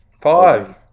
Five